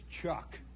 Chuck